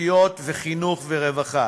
מתשתיות וחינוך עד רווחה.